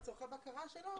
לצורכי בקרה שלו,